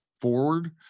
forward